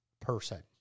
person